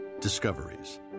Discoveries